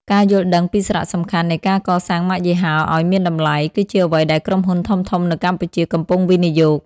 ការយល់ដឹងពីសារៈសំខាន់នៃការកសាងម៉ាកយីហោឱ្យមានតម្លៃ គឺជាអ្វីដែលក្រុមហ៊ុនធំៗនៅកម្ពុជាកំពុងវិនិយោគ។